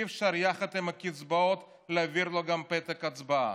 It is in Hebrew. אי-אפשר יחד עם הקצבאות להעביר לו גם פתק הצבעה.